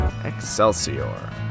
Excelsior